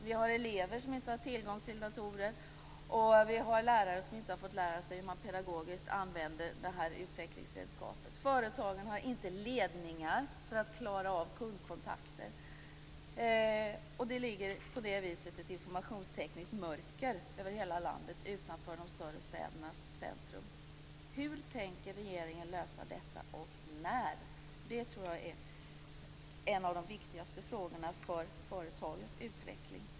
Det finns elever som inte har tillgång till datorer, och det finns lärare som inte har fått lära sig hur man pedagogiskt använder det här utvecklingsredskapet. Företagen har inte ledningar för att klara av kundkontakter. Det ligger därför ett informationstekniskt mörker över hela landet utanför de större städernas centrum. Hur tänker regeringen lösa detta och när? Det tror jag är en av de viktigaste frågorna för företagens utveckling.